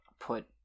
put